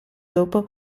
dopo